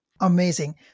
Amazing